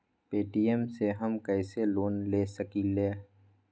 Paytm से हम कईसे लोन ले सकीले?